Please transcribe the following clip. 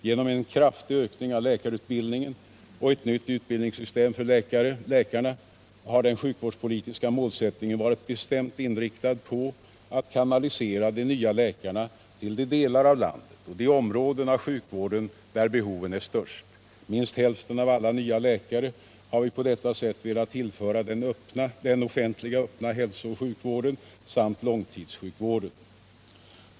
Genom en kraftig ökning av läkarutbildningen och ett nytt utbildningssystem för läkarna har den sjukvårdspolitiska målsättningen varit bestämt inriktad på att kanalisera de nya läkarna till de delar av landet och de områden av sjukvården där behoven är störst. Minst hälften av alla nya läkare har vi på detta sätt velat tillföra den offentliga öppna hälsooch sjukvården samt långtidssjukvården.